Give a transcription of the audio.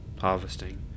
harvesting